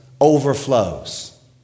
overflows